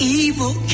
evil